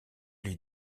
les